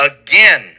again